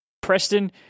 Preston